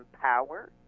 power